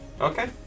Okay